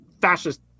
fascist